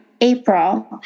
April